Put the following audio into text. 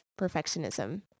perfectionism